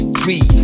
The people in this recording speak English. three